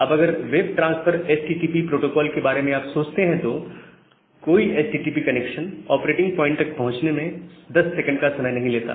अब अगर web transfer HTTP protocol के बारे में आप सोचते हैं तो कोई एचटीटीपी कनेक्शन ऑपरेटिंग प्वाइंट तक पहुंचने में 10 sec का समय नहीं लेता